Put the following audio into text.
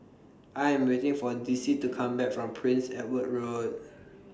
I Am waiting For Dicie to Come Back from Prince Edward Road